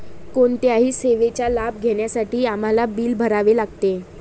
कोणत्याही सेवेचा लाभ घेण्यासाठी आम्हाला बिल भरावे लागते